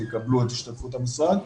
יקבלו את השתתפות המשרד.